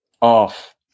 off